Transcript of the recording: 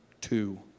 Two